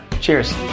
cheers